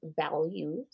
values